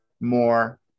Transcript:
more